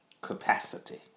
capacity